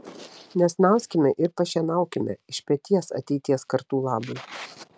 nesnauskime ir pašienaukime iš peties ateities kartų labui